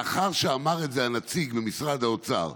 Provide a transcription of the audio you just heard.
לאחר שאמר את זה הנציג ממשרד האוצר,